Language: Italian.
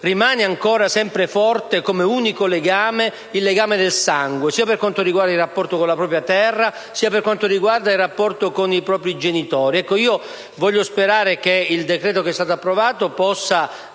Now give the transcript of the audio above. Rimane ancora sempre forte come unico legame quello del sangue, sia per quanto riguarda il rapporto con la propria terra, sia per quanto riguarda il rapporto con i propri genitori. Voglio sperare che il decreto legislativo varato dal